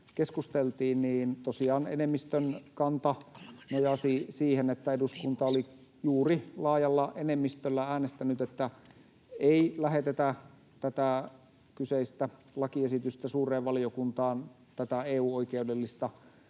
keskusteltiin, tosiaan enemmistön kanta nojasi siihen, että eduskunta oli juuri laajalla enemmistöllä äänestänyt, että ei lähetetä tätä kyseistä lakiesitystä suureen valiokuntaan tämän EU-oikeudellisen